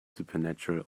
supernatural